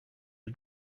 are